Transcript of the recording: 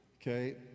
okay